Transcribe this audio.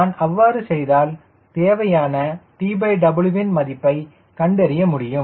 நான் அவ்வாறு செய்தால் தேவையான TW ன் மதிப்பை கண்டறிய முடியும்